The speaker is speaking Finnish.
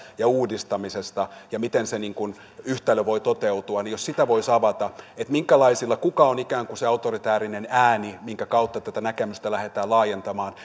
ja uudistamisesta ja siitä miten se yhtälö voi toteutua jos sitä voisi avata kuka on ikään kuin se autoritäärinen ääni minkä kautta tätä näkemystä lähdetään laajentamaan